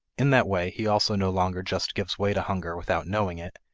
in that way, he also no longer just gives way to hunger without knowing it,